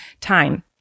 time